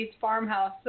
farmhouse